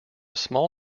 small